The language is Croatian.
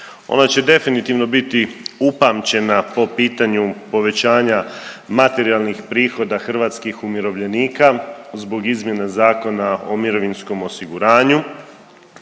Ona će definitivno biti upamćena po pitanju povećanja materijalnih prihoda hrvatskih umirovljenika zbog izmjene Zakona o mirovinskom osiguranju,